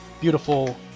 beautiful